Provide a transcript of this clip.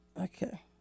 okay